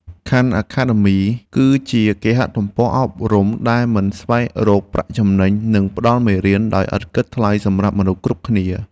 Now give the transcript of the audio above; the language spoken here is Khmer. ខាន់អាខាដឺមី គឺជាគេហទំព័រអប់រំដែលមិនស្វែងរកប្រាក់ចំណេញ និងផ្តល់មេរៀនដោយឥតគិតថ្លៃសម្រាប់មនុស្សគ្រប់គ្នា។